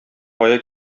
кая